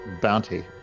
bounty